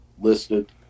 listed